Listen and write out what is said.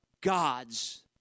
God's